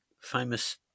famous